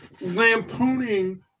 lampooning